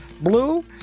blue